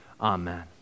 amen